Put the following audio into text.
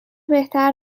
بهتر